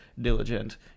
diligent